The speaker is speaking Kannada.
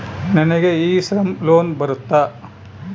ನನಗೆ ಇ ಶ್ರಮ್ ಲೋನ್ ಬರುತ್ತಾ?